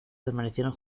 permanecieron